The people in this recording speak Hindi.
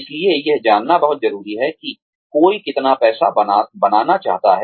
इसलिए यह जानना बहुत जरूरी है कि कोई कितना पैसा बनाना चाहता है